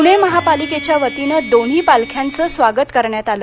पूणे महापालिकेच्यावतीनं दोन्ही पालख्यांचं स्वागत करण्यात आलं